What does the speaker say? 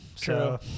True